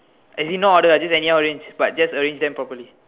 as in not order ah just anyhow arrange but just arrange them properly